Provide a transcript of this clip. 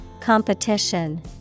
Competition